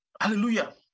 hallelujah